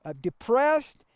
depressed